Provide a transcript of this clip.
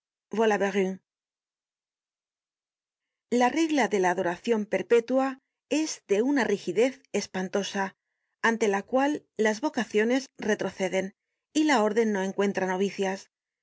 la regla de la adoracion perpetua es de una rigidez espantosa ante la cual las vocaciones retroceden y la orden no encuentra novicias